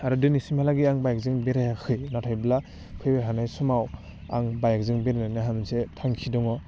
आरो दोनैसिमहालागै आं बाइकजों बेरायाखै नाथायब्ला फैबाय थानाय समाव आं बाइकजों बेरायनायनि आंहा मोनसे थांखि दङ